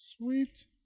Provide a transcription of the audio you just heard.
sweet